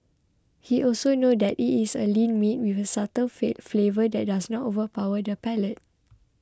he also knows that it is a lean meat with a subtle flavour that does not overpower the palate